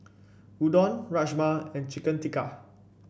Udon Rajma and Chicken Tikka